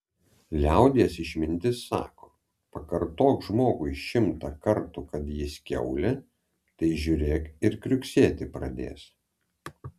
liaudies išmintis sako pakartok žmogui šimtą kartų kad jis kiaulė tai žiūrėk ir kriuksėti pradės